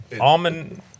almond